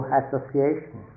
association